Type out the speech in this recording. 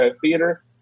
Theater